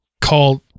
called